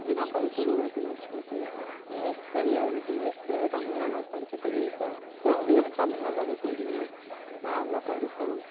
இப்படி தான் படிக்கணும் வைக்கணும் அப்படி சொல்லிவிட்டு இங்கிலீஷ் தெரியாது எனக்கு இங்கிலீஷ் தெரியாது தமிழ் நல்லா படிக்க தெரியும் இப்போ இப்போ வந்து எனக்கு தமிழ் நல்லாவே தெரியும் நான் நல்லா படிப்பேன்